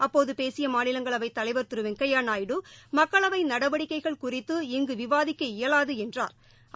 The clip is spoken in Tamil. அப்போது பேசிய மாநிலங்களவைத் தலைவாம் தி ரு வெங்கையா நாயப் டுப் மக்கள்வ நடவடிக்கைகள் குறபித்து இங்கு விவாதிக்க இயலாது என்றாா்